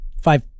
five